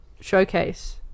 showcase